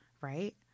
right